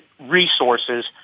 resources